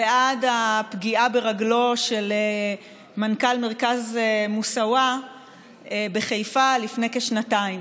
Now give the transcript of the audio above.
ועד הפגיעה ברגלו של מנכ"ל מרכז מוסאוא בחיפה לפני כשנתיים.